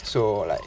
so like